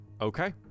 okay